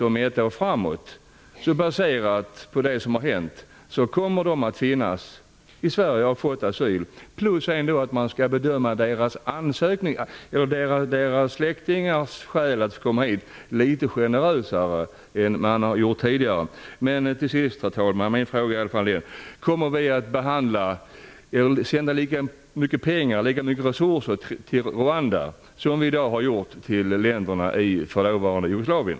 Om ett år kommer de att finnas i Sverige och ha fått asyl, baserat på det som har hänt. Man skall också bedöma deras släktingars skäl att få komma hit litet mer generöst än vad man har gjort tidigare. Herr talman! Min fråga är i alla fall följande: Kommer vi att sända lika mycket pengar och lika mycket resurser till Rwanda som vi i dag har gjort till länderna i dåvarande Jugoslavien?